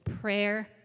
prayer